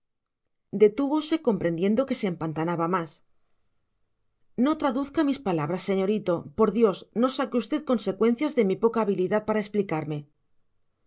mordaza detúvose comprendiendo que se empantanaba más no traduzca mis palabras señorito por dios no saque usted consecuencias de mi poca habilidad para explicarme